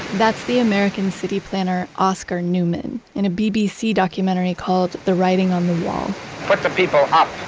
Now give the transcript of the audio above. that's the american city planner, oscar newman. in a bbc documentary called the writing on the wall put the people up,